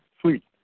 sweet